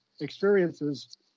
experiences